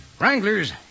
Wranglers